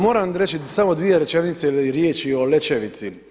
Moram reći samo svije rečenice ili riječi o Lećevici.